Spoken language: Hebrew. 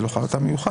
זה בכלל לא טעם מיוחד.